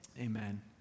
Amen